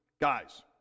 Guys